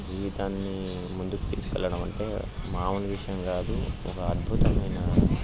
జీవితాన్ని ముందుకు తీసుకు వెళ్ళడం అంటే మామూలు విషయం కాదు ఒక అద్భుతమైన